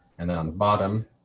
and on the bottom.